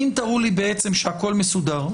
בעצם שהכל מסודר,